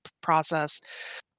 process